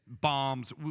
bombs